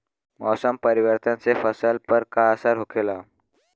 मौसम परिवर्तन से फसल पर का असर होखेला?